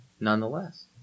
nonetheless